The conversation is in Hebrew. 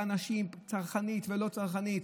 צרכנית ולא צרכנית,